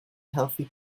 healthy